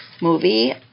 movie